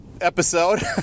episode